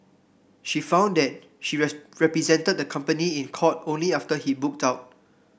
she found that she represented the company in court only after he booked out